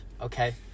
Okay